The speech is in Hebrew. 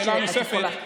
השאלה הנוספת,